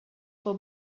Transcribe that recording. for